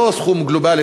לא סכום גלובלי,